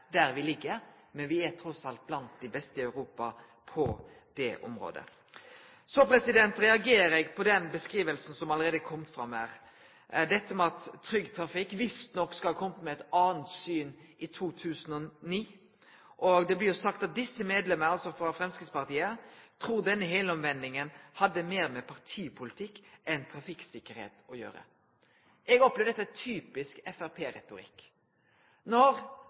der me ligg, men me er likevel blant dei beste i Europa på det området. Så reagerer eg på den beskrivinga som allereie har kome fram, at Trygg Trafikk visst nok skal ha kome med eit anna syn i 2009. Det blir sagt – altså frå Framstegspartiet: «Disse medlemmer tror denne helomvendingen hadde mer med partipolitikk enn trafikksikkerhet å gjøre.» Eg opplever at dette er typisk framstegspartiretorikk. Når